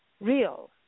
real